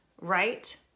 right